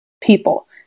people